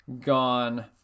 gone